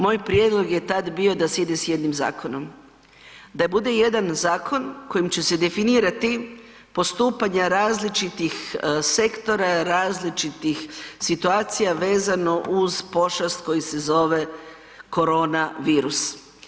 Moj prijedlog je tad bio da se ide s jednim zakonom, da bude jedan zakon kojim će se definirati postupanja različitih sektora, različitih situacija vezano uz pošast koji se zove korona virus.